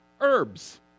Herbs